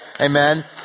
amen